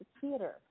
Theater